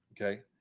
Okay